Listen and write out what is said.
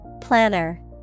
Planner